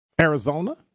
Arizona